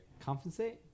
Compensate